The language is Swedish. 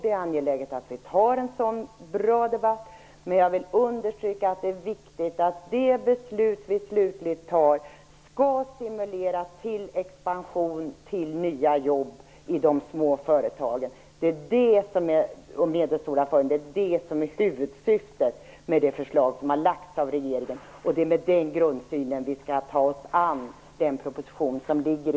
Det är angeläget att vi för en bra debatt, men jag vill undertryka att det är viktigt att det beslut vi slutligen fattar stimulerar till expansion och nya jobb i de små och medelstora företagen. Det är huvudsyftet med det förslag som har lagts fram av regeringen, och det är med den grundsynen vi skall ta oss an propositionen.